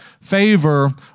favor